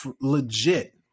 legit